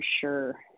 sure